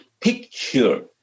picture